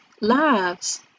lives